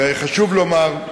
וחשוב לומר,